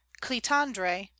clitandre